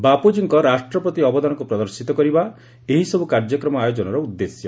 ବାପୁଜୀଙ୍କ ରାଷ୍ଟ୍ର ପ୍ରତି ଅବଦାନକୁ ପ୍ରଦର୍ଶିତ କରିବା ଏହି ସବୁ କାର୍ଯ୍ୟକ୍ରମ ଆୟୋଜନର ଉଦ୍ଦେଶ୍ୟ